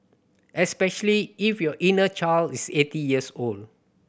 especially if your inner child is eight years old